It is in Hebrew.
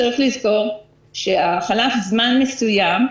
צריך לזכור שחלף זמן מסוים,